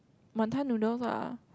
wanton noodles lah